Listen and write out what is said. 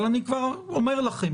אבל אני כבר אומר לכם